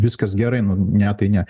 viskas gerai nu ne tai ne